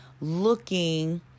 looking